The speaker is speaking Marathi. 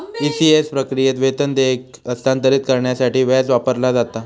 ई.सी.एस प्रक्रियेत, वेतन देयके हस्तांतरित करण्यासाठी व्याज वापरला जाता